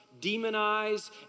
demonize